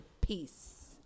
Peace